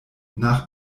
nach